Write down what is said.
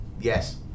Yes